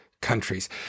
countries